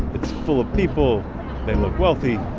it's full of people, they look wealthy,